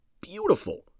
beautiful